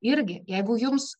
irgi jeigu jums